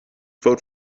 vote